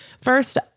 First